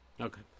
Okay